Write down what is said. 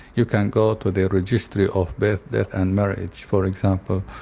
you can go to the registry of birth, death and marriage, for example,